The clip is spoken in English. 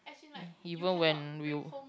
even when you